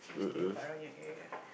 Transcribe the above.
used to lepak around your area